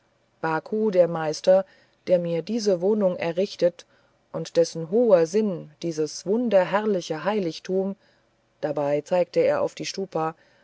baku der meister der mir diese wohnung errichtet und dessen hoher sinn dieses wunderherrliche heiligtum dabei zeigte er auf die stupa